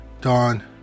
Dawn